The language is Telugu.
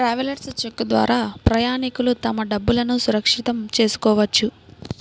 ట్రావెలర్స్ చెక్ ద్వారా ప్రయాణికులు తమ డబ్బులును సురక్షితం చేసుకోవచ్చు